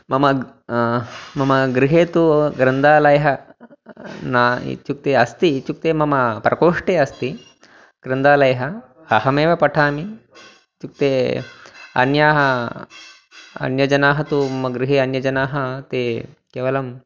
मम मम गृहे तु ग्रन्थालयः न इत्युक्ते अस्ति इत्युक्ते मम प्रकोष्ठे अस्ति ग्रन्थालयः अहमेव पठामि इत्युक्ते अन्याः अन्यजनाः तु मम गृहे अन्यजनाः ते केवलम्